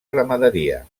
ramaderia